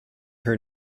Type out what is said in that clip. her